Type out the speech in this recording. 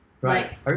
Right